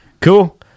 cool